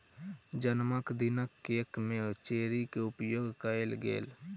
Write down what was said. जनमदिनक केक में चेरी के उपयोग कएल गेल